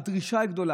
הדרישה היא גדולה,